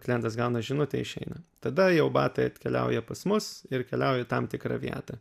klientas gauna žinutę išeina tada jau batai atkeliauja pas mus ir keliauja tam tikrą vietą